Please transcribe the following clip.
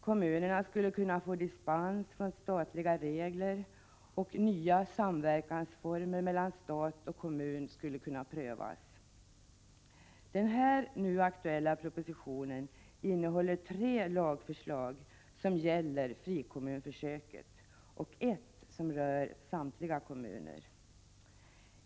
Kommunerna skulle kunna få dispens från statliga regler, och nya samverkansformer mellan stat och kommun skulle kunna prövas. Den nu aktuella propositionen innehåller tre lagförslag som gäller frikommunsförsöket och ett som rör samtliga kommuner.